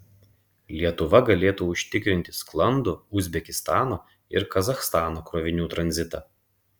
lietuva galėtų užtikrinti sklandų uzbekistano ir kazachstano krovinių tranzitą